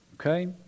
Okay